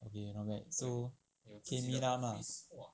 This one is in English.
okay not bad so K_V ram ah